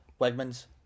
wegman's